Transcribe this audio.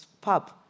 pub